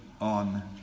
on